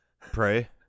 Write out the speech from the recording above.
Pray